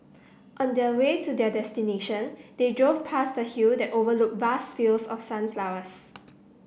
on the a way to their destination they drove past a hill that overlook vast fields of sunflowers